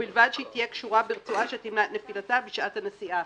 ובלבד שהיא תהיה קשורה ברצועה שתמנע את נפילתה בשעת הנסיעה".